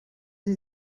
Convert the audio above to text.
sie